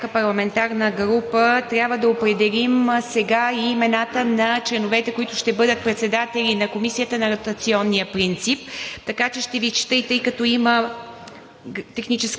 членове от всяка парламентарна група, трябва да определим сега и имената на членовете, които ще бъдат председатели на Комисията на ротационния принцип, така че ще Ви изчета. Тъй като има